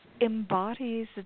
embodies